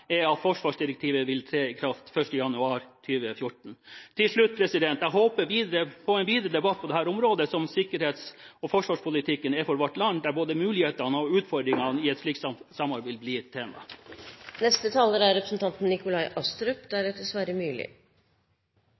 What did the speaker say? er at forsvarsdirektivet vil tre i kraft i Norge 1. januar 2014. Til slutt: Jeg håper på videre debatt på det viktige området som sikkerhets- og forsvarspolitikken er for vårt land, og der både mulighetene og utfordringene i et slikt samarbeid vil bli et tema. Det europeiske fellesskapet er